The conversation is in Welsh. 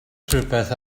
rhywbeth